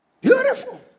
Beautiful